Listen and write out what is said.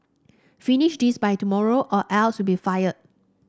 finish this by tomorrow or else you'll be fired